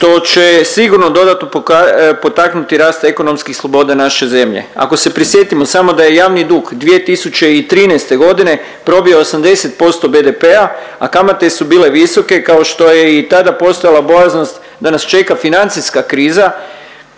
što će sigurno dodatno potaknuti rast ekonomskih sloboda naše zemlje. Ako se prisjetimo samo da je javni dug 2013.g. probio 80% BDP-a, a kamate su bile visoke kao što je i tada postojala bojaznost da nas čeka financijska kriza